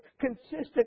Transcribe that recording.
consistent